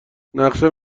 نقشم